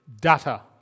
data